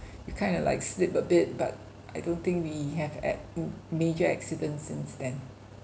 you kind of like slip a bit but I don't think we have ac~ major accident since then